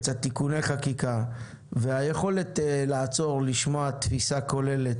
לצד תיקוני חקיקה והיכולת לעצור או לשמוע תפיסה כוללת,